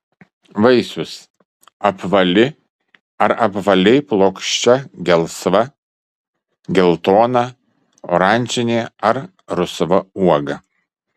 vaisius apvali ar apvaliai plokščia gelsva geltona oranžinė ar rusva uoga